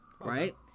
right